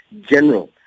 General